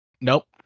Nope